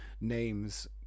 names